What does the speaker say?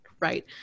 right